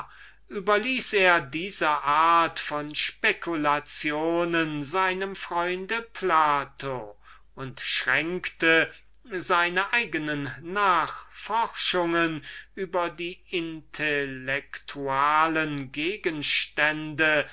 überließ er diese art von spekulationen seinem freunde plato und schränkte seine nachforschungen über die bloß intellektualischen gegenstände